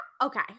okay